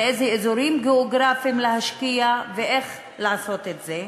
באיזה אזורים גיאוגרפיים להשקיע ואיך לעשות את זה.